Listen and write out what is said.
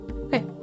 Okay